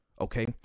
okay